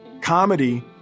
comedy